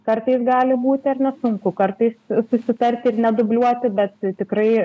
kartais gali būti ar ne sunku kartais susitarti ir nedubliuoti bet tikrai